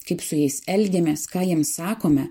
kaip su jais elgiamės ką jiems sakome